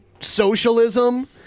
socialism